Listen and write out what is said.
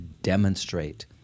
demonstrate